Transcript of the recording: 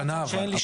לשנה.